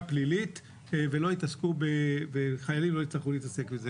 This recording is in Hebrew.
הפלילית וחיילים לא יצטרכו להתעסק בזה.